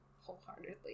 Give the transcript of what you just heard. wholeheartedly